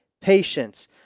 patience